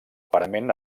parament